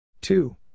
two